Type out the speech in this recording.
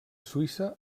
suïssa